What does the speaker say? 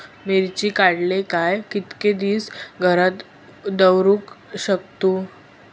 मिर्ची काडले काय कीतके दिवस घरात दवरुक शकतू?